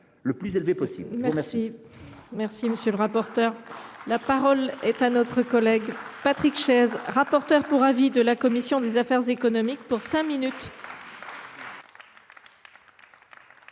le plus élevé possible.